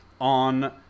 on